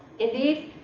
indeed,